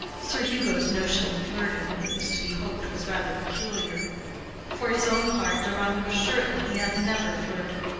sir hugo's notion of flirting, it was to be hoped, was rather peculiar for his own part, deronda was sure that he had never flirted.